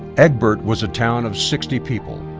egbert was a town of sixty people.